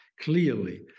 clearly